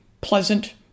pleasant